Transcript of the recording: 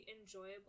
enjoyable